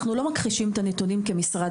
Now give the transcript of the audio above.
אנחנו לא מכחישים את הנתונים כמשרד,